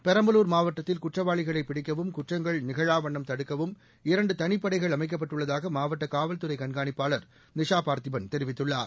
பெரம்பலூர் மாவட்டத்தில் குற்றவாளிகளை பிடிக்கவும் குற்றங்கள் நிகழாவண்ணம் தடுக்கவும் இரண்டு தளிப்படைகள் அமைக்கப்பட்டுள்ளதாக மாவட்ட காவல்துறை கண்காணிப்பாளர் நிஷா பார்த்தீபன் தெரிவித்துள்ளார்